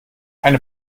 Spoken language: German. eine